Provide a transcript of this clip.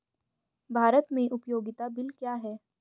भारत में उपयोगिता बिल क्या हैं?